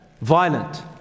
Violent